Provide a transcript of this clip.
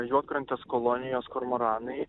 juodkrantės kolonijos kormoranai